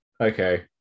Okay